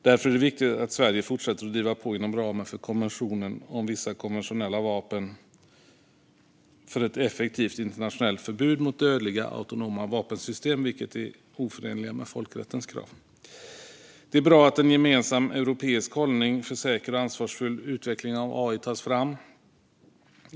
Därför är det viktigt att Sverige inom ramen för konventionen om vissa konventionella vapen fortsätter att driva på för ett effektivt internationellt förbud mot dödliga autonoma vapensystem, som är oförenliga med folkrättens krav. Det är bra att en gemensam europeisk hållning för säker och ansvarsfull utveckling av AI tas fram.